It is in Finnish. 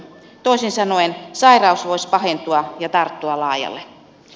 toisin sanoen sairaus voisi pahentua ja tarttua laajalle